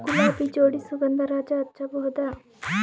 ಗುಲಾಬಿ ಜೋಡಿ ಸುಗಂಧರಾಜ ಹಚ್ಬಬಹುದ?